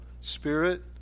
spirit